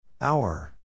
Hour